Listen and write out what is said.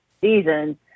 season